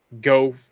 go